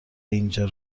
اینجا